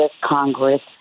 Congress